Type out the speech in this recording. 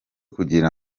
kugira